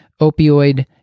opioid